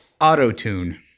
Auto-tune